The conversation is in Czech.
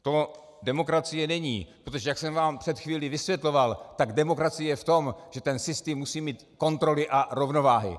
To demokracie není, protože jak jsem vám před chvílí vysvětloval, tak demokracie je v tom, že ten systém musí mít kontroly a rovnováhy.